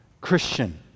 Christian